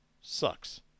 sucks